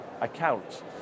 account